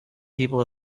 people